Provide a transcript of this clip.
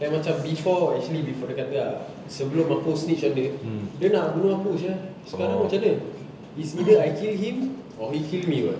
like macam before actually before dia kata ah sebelum aku snitch on dia dia nak bunuh aku sia sekarang macam mana is either I kill him or he kill me [what]